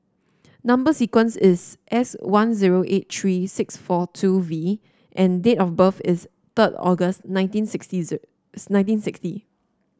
number sequence is S one zero eight three six four two V and date of birth is third August nineteen sixty is nineteen sixty